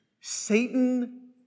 Satan